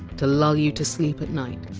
to lull you to sleep at night,